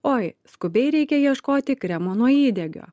oi skubiai reikia ieškoti kremo nuo įdegio